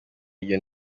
iyo